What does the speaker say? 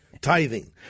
tithing